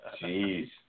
Jeez